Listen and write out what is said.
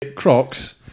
crocs